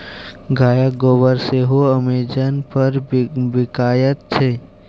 गायक गोबर सेहो अमेजन पर बिकायत छै